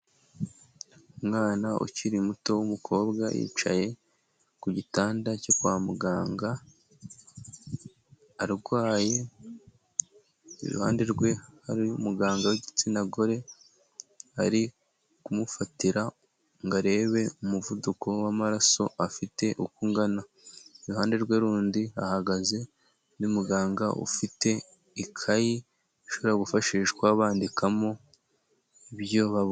Umwana ukiri muto w'umukobwa yicaye ku gitanda cyo kwa muganga arwaye, iruhande rwe hari umuganga w'igitsina gore ari kumufatira ngo arebe umuvuduko w'amaraso afite uko nngana, iruhande rwe rundi hahagaze undi muganga ufite ikayi ishobora gufashishwa bandikamo ibyo babonye.